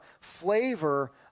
flavor